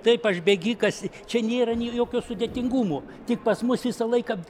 taip aš bėgikas čia nėra nei jokio sudėtingumo tik pas mus visą laiką